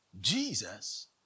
Jesus